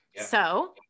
So-